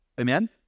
amen